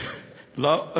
לא.